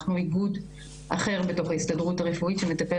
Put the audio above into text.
אנחנו איגוד אחר בתוך ההסתדרות הרפואית שמטפל